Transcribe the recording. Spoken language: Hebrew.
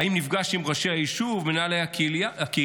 האם נפגש עם ראשי היישוב ומנהלי הקהילה?